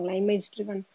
image-driven